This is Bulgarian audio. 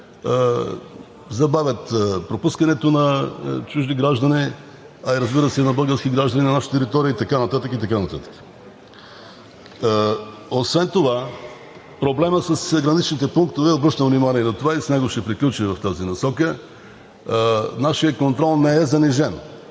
забавят пропускането на чужди граждани, а и, разбира се, на български граждани на наша територия и така нататък. Освен това проблемът с граничните пунктове – обръщам внимание на това и с него ще приключа, в тази насока нашият контрол не е занижен.